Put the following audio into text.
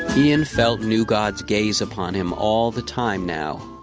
ian felt new god's gaze upon him all the time now.